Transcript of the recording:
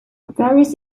various